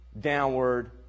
downward